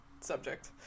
subject